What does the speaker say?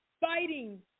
fighting